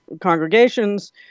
congregations